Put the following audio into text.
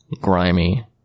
grimy